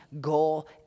goal